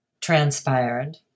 transpired